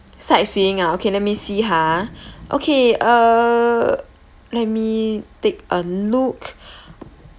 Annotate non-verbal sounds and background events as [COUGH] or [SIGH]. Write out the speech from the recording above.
sightseeing ah okay let me see ha okay uh let me take a look [BREATH]